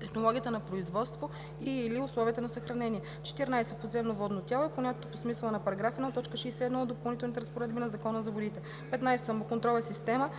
технологията на производство и/или условията на съхранение. 14. „Подземно водно тяло“ е понятие по смисъла на § 1, т. 61 от допълнителните разпоредби на Закона за водите. 15. „Самоконтрол“ е система,